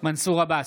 מנסור עבאס,